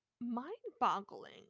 mind-boggling